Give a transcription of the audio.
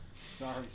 Sorry